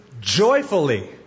joyfully